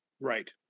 Right